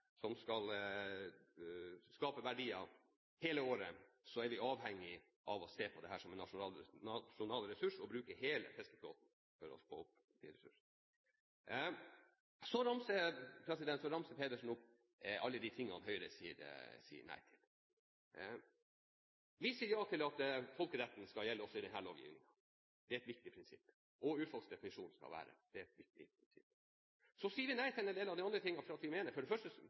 som skal skape verdier hele året, er vi avhengig av å se på dette som en nasjonal ressurs og bruke hele fiskeflåten for å få opp disse ressursene. Så ramser Pedersen opp alt det Høyre sier nei til. Vi sier ja til at folkeretten skal gjelde også i denne lovgivningen. Det er et viktig prinsipp. Og urfolkdefinisjonen skal gjelde – det er et viktig prinsipp. Så sier vi nei til en del av de andre tingene. Noen av tingene mener vi ikke vil virke etter hensikten, og andre ting mener vi vil være rett. Det